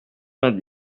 vingt